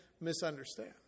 misunderstand